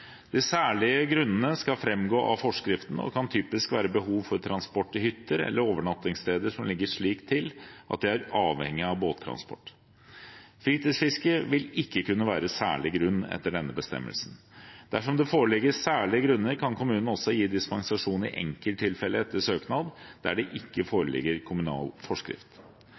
De særlige grunnene skal framgå av forskriften og kan typisk være behov for transport til hytter eller overnattingssteder som ligger slik til at de er avhengige av båttransport. Fritidsfiske vil ikke kunne være særlig grunn etter denne bestemmelsen. Dersom det foreligger særlige grunner, kan kommunen også gi dispensasjon i enkelttilfeller etter søknad, der det ikke foreligger kommunal forskrift.